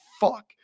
fuck